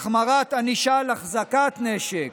החמרת ענישה על החזקת נשק,